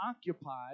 occupied